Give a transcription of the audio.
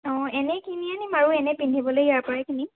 অঁ এনেই কিনি আনিম বাৰু এনেই পিন্ধিবলৈ ইয়াৰ পৰাই কিনি